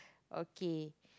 okay